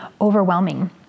overwhelming